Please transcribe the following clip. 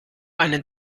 einen